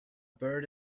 bird